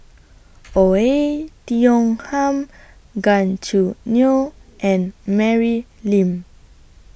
Oei Tiong Ham Gan Choo Neo and Mary Lim